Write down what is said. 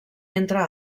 entre